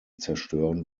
zerstören